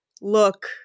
look